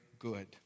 good